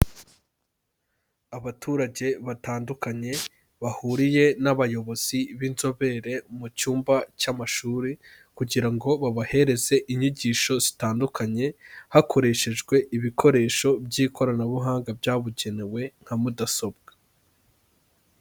Abaturage batandukanye bahuriye n'abayobozi b'inzobere mu cyumba cy'amashuri kugira ngo babahereze inyigisho zitandukanye hakoreshejwe ibikoresho by'ikoranabuhanga byabugenewe nka mudasobwa.